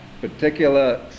particular